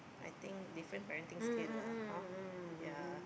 I think different parenting skill lah !huh! yeah